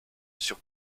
sur